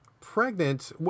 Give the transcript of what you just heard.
pregnant